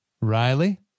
Riley